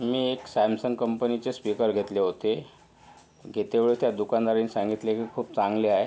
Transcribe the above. मी एक सॅमसंग कंपनीचे स्पीकर घेतले होते घेते वेळी त्या दुकानदाराने सांगितले की खूप चांगले आहे